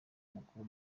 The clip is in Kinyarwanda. mukuru